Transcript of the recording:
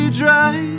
dry